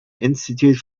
institute